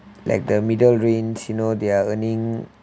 like the middle range you know they are earning